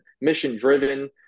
mission-driven